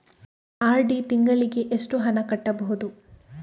RD ತಿಂಗಳಿಗೆ ಎಷ್ಟು ಹಣ ಕಟ್ಟಬಹುದು?